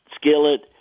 skillet